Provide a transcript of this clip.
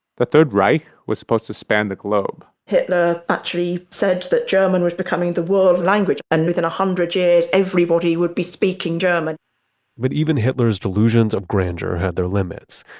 the third reich was supposed to span the globe hitler actually said that german was becoming the world language and within a hundred years everybody would be speaking german but even hitler's delusions of grandeur had their limits.